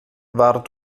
war